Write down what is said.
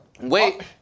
Wait